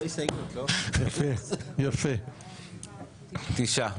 תשעה.